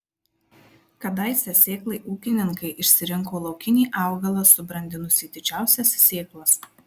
kadaise sėklai ūkininkai išsirinko laukinį augalą subrandinusį didžiausias sėklas